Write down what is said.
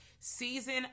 Season